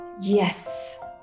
Yes